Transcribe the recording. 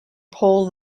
pole